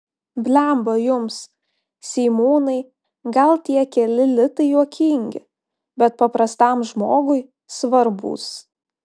blemba jums seimūnai gal tie keli litai juokingi bet paprastam žmogui svarbūs